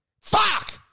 Fuck